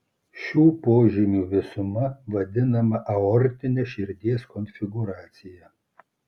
šių požymių visuma vadinama aortine širdies konfigūracija